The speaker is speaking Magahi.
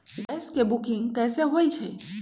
गैस के बुकिंग कैसे होईछई?